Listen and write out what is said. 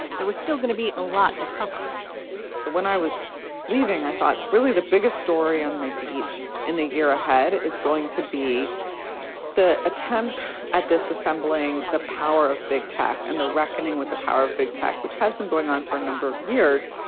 there was still going to be a lot to cover so when i was leaving, i thought really the biggest story on my beat in the year ahead is going to be the attempt at disassembling the power of big tech and the reckoning with the power of big tech, which has been going on for a number of years.